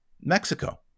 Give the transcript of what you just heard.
Mexico